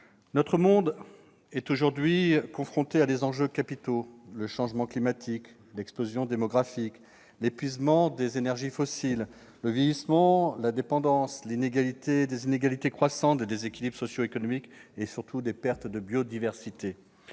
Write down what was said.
Notre monde est aujourd'hui confronté à des enjeux capitaux : changement climatique, explosion démographique, épuisement des énergies fossiles, vieillissement et dépendance, inégalités croissantes, déséquilibres socio-économiques, perte de biodiversité.